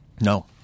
No